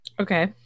Okay